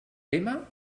tema